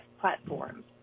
platforms